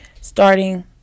starting